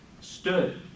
stood